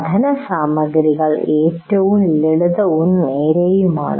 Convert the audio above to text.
പഠനസാമഗ്രികൾ ലളിതവും നേരെയുമാണ്